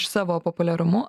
savo populiarumu